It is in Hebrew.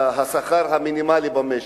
השכר המינימלי במשק,